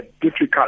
difficult